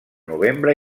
novembre